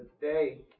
today